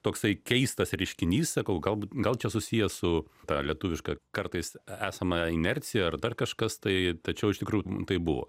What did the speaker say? toksai keistas reiškinys sakau galbūt gal čia susiję su ta lietuviška kartais esama inercija ar dar kažkas tai tačiau iš tikrųjų tai buvo